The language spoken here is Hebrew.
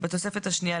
בתוספת השנייה,